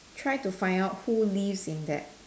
try to find out who lives in that